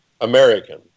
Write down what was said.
American